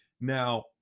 now